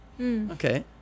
Okay